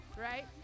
right